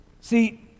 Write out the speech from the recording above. See